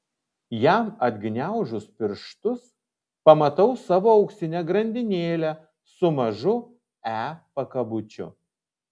jam atgniaužus pirštus pamatau savo auksinę grandinėlę su mažu e pakabučiu